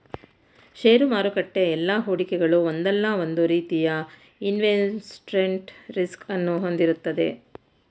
ಷೇರು ಮಾರುಕಟ್ಟೆ ಎಲ್ಲಾ ಹೂಡಿಕೆಗಳು ಒಂದಲ್ಲ ಒಂದು ರೀತಿಯ ಇನ್ವೆಸ್ಟ್ಮೆಂಟ್ ರಿಸ್ಕ್ ಅನ್ನು ಹೊಂದಿರುತ್ತದೆ